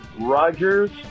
Rogers